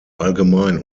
allgemein